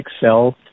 Excel